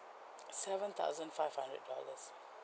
seven thousand five hundred dollars